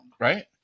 Right